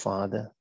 Father